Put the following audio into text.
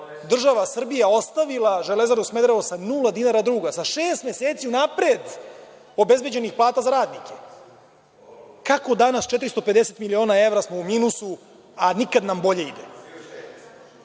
država Srbija ostavila „Železaru Smederevo“ sa nula dinara duga, sa šest meseci unapred obezbeđenih plata za radnike. Kako smo danas 450 miliona evra u minusu, a nikad nam bolje